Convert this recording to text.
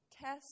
test